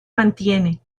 mantiene